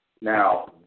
Now